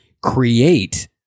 create